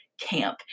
camp